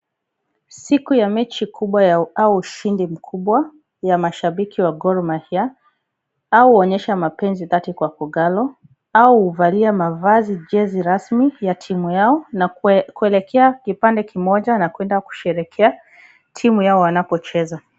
Siku ya mechi kubwa au ushindi mkubwa ya mashabiki wa Gor mahia hao huonyesha mapenzi dhati kwa kogalo au huvalia mavazi jezi rasmi ya timu yao na kuelekea kipande kimoja na kwenda kusherekea timu yao wanapocheza.